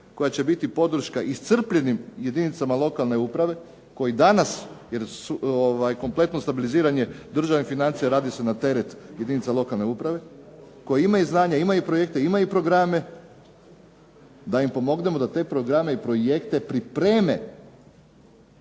koja će biti podrška iscrpljenim jedinicama lokalne uprave koji danas jer kompletno stabiliziranja državnih financija radi se na teret jedinica lokalne uprave koje imaju znanje, imaju projekte, imaju programe, da im pomognemo da te programe i projekte pripreme